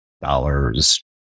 dollars